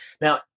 Now